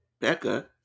Becca